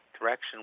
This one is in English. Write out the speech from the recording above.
direction